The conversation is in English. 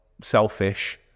selfish